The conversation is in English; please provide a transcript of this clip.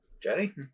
Jenny